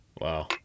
Wow